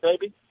baby